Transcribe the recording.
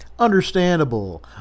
understandable